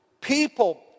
people